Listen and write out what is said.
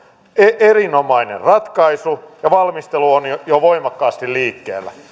erinomainen ratkaisu ja valmistelu on jo jo voimakkaasti liikkeellä